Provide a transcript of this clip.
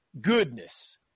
goodness